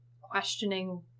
questioning